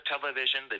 television